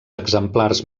exemplars